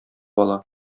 ала